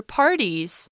parties